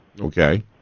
Okay